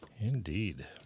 Indeed